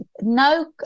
no